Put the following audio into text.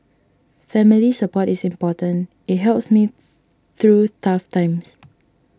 family support is important it helps me through tough times